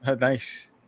Nice